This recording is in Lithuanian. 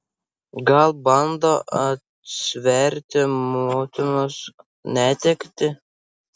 gal bando atsverti motinos netektį